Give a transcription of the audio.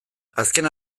azken